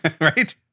Right